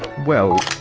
well.